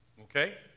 Okay